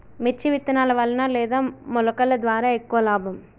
మిర్చి విత్తనాల వలన లేదా మొలకల ద్వారా ఎక్కువ లాభం?